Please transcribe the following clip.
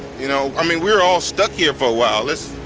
you know, i mean, we're all stuck here for a while.